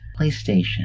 PlayStation